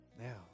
now